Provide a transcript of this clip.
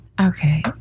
Okay